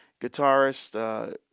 guitarist